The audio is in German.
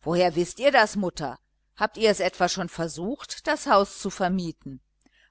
woher wißt ihr das mutter habt ihr es etwa schon versucht das haus zu vermieten